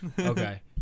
Okay